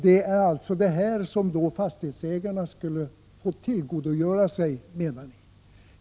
De borgerliga anser alltså att fastighetsägarna skulle få tillgodogöra sig detta.